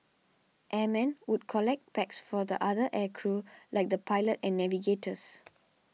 airmen would collect packs for the other air crew like the pilot and navigators